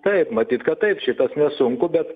taip matyt kad taip šitas nesunku bet